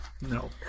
No